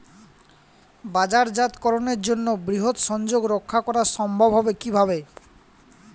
বাজারজাতকরণের জন্য বৃহৎ সংযোগ রক্ষা করা সম্ভব হবে কিভাবে?